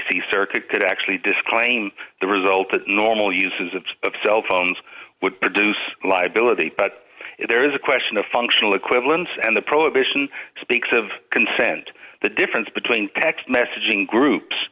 c circuit could actually disclaim the result of normal use of cellphones would produce liability but if there is a question of functional equivalence and the prohibition speaks of consent the difference between text messaging groups